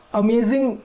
amazing